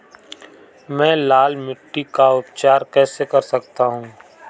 मैं लाल मिट्टी का उपचार कैसे कर सकता हूँ?